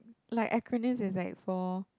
like acronym is like for